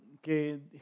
que